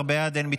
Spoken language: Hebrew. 15 בעד החוק,